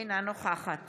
אינה נוכחת